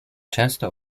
często